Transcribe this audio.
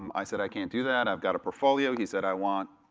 um i said, i can't do that, i've got a portfolio, he said, i want